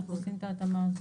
אנחנו עושים את ההתאמה הזו.